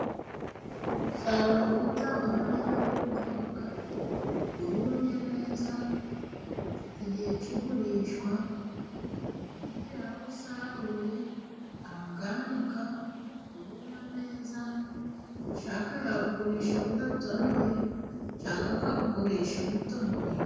Umusaruro witaweho neza w'ubunyobwa burumye neza bugeza igihe cy'igurishwa umubuhinzi yarabusaruye, arabwanika buruma neza, ashaka yabugurisha budatonoye cyangwa akabugurisha butonoye.